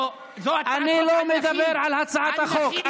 אני לא מדבר על הצעת החוק.